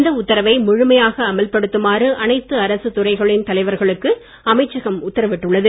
இந்த உத்தரவை முழுமையாக அமல்படுத்துமாறு அனைத்து அரசுத் துறைகளின் தலைவர்களுக்கு அமைச்சகம் உத்தரவிட்டுள்ளது